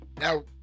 Now